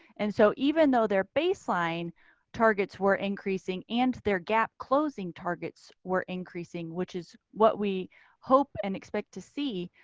and so even though their baseline targets were increasing and their gap closing targets were increasing. which is what we hope and expect to see.